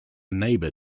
neighbor